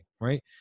right